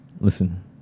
listen